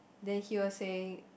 then he was saying